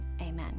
amen